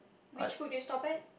which school did you stop at